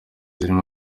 zirimo